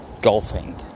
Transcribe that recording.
golfing